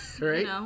right